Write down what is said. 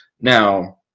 Now